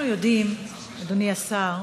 אנחנו יודעים, אדוני השר,